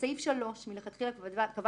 חיסיון המידע הפלילי 3. (א)מידע פלילי